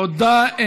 תודה.